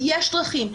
יש דרכים.